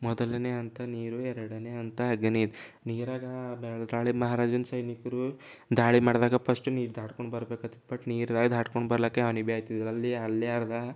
ಮೊದಲನೇ ಹಂತ ನೀರು ಎರಡನೇ ಹಂತ ಅಗ್ನಿ ನೀರಾಗೆ ಎದುರಾಳಿ ಮಹಾರಾಜನ ಸೈನಿಕರು ದಾಳಿ ಮಾಡಿದಾಗ ಪಶ್ಟು ನೀರು ದಾಟ್ಕೊಂಡು ಬರ್ಬೇಕಾತಿತ್ತು ಬಟ್ ನೀರು ದಾಟ್ಕೊಂಡು ಬರ್ಲಿಕ್ಕೆ ಅವನಿಗೆ ಬೇಕು ಅಲ್ಲಿ ಅಲ್ಲೇ ಅರ್ಧ